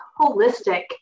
holistic